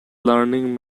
learning